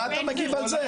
מה אתה מגיב על זה?